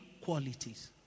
qualities